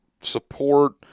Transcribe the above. support